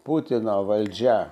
putino valdžia